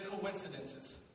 coincidences